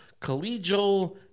collegial